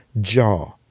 jaw